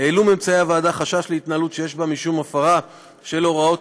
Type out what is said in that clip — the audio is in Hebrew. העלו ממצאי הוועדה חשש להתנהלות שיש בה משום הפרה של הוראות